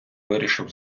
вирішив